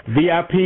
VIP